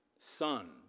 son